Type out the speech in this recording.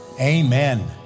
Amen